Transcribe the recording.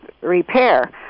repair